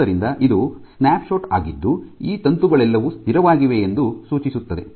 ಆದ್ದರಿಂದ ಇದು ಸ್ನ್ಯಾಪ್ಶಾಟ್ ಆಗಿದ್ದು ಈ ತಂತುಗಳೆಲ್ಲವೂ ಸ್ಥಿರವಾಗಿವೆ ಎಂದು ಸೂಚಿಸುತ್ತದೆ